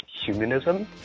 humanism